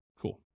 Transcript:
Cool